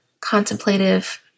contemplative